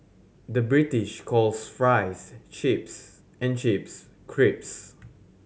the British calls fries chips and chips creeps